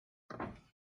yes